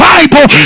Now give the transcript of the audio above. Bible